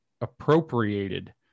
appropriated